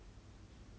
ya